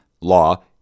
law